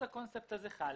הקונספט הזה חל.